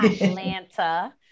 Atlanta